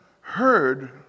heard